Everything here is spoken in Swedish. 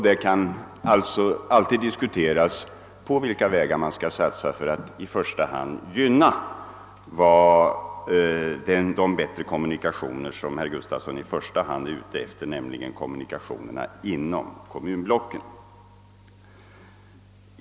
Det kan alltså alltid diskuteras på vilka vägar man skall satsa för att i första hand gynna de bättre kommunikationer som herr Gustavsson främst är ute efter, nämligen kommunikationerna inom kommunblocken.